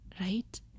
right